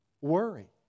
worry